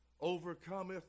overcometh